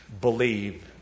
Believe